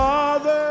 Father